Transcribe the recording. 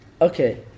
Okay